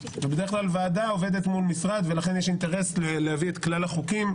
יִתְיַצֵּב עַל־דֶּרֶךְ לֹא־טוֹב רָע לֹא יִמְאָס׃ ואני